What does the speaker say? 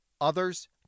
Others